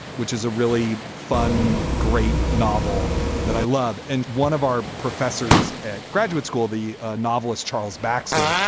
which is a really fun, great novel that i love. and one of our professors at graduate school, the novelist charles baxter,